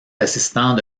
assistants